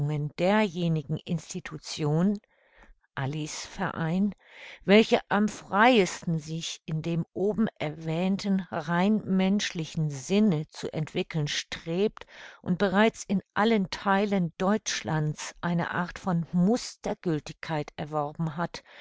derjenigen institution alice verein welche am freisten sich in dem oben erwähnten rein menschlichen sinne zu entwickeln strebt und bereits in allen theilen deutschlands eine art von mustergültigkeit erworben hat